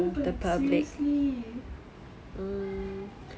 no but like seriously